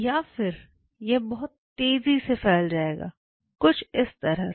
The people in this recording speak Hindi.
या फिर यह बहुत तेजी से फैल जाएगा कुछ इस तरह से